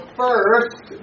first